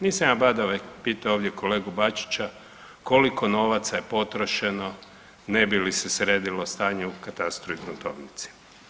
Nisam ja badave pitao ovdje kolegu Bačića koliko novaca je potrošeno ne bi li se sredilo stanje u katastru i gruntovnici.